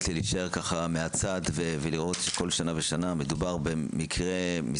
להישאר מהצד ולראות שכל שנה ושנה מדובר במספר